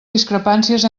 discrepàncies